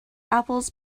apples